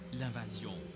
l'invasion